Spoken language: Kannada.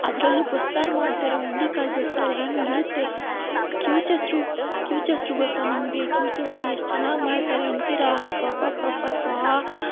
ಅದ್ರಲ್ಲೂ ಬಸ್ಸಾರು ಮಾಡ್ತಾರೆ ಹುರ್ಳಿಕಾಳು ಬಸ್ಸಾರು ಹೇಗಿರುತ್ತೆ ಕಿವುಚೆಸ್ರು ಕಿವುಚೆಸ್ರು ಗೊತ್ತ ನಿಮಗೆ ಕಿವುಚೆಸ್ರು ಎಷ್ಟು ಚೆನ್ನಾಗಿ ಮಾಡ್ತಾರೆ ಅಂತೀರಾ ಅಬ್ಬಬ್ಬಬ್ಬಬ್ಬಬ್ಬಾ